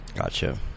gotcha